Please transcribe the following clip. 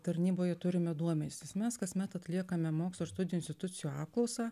tarnyboje turime duomenis nes mes kasmet atliekame mokslo ir studijų institucijų apklausą